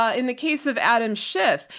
ah in the case of adam schiff,